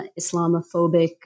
Islamophobic